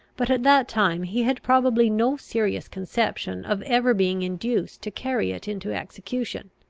but at that time he had probably no serious conception of ever being induced to carry it into execution.